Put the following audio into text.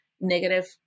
negative